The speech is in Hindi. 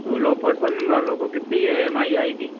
तो लो पर्सन वालों को कितनी ई एम आई आएगी